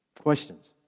Questions